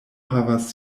havas